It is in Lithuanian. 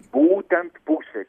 būtent pusę